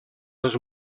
les